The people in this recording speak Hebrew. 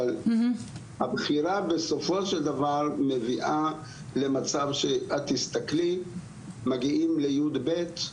אבל הבחירה בסופו של דבר מביאה למצב שאת תסתכלי מגיעים לי"ב,